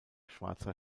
schwarzer